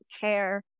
care